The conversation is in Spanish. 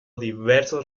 diversos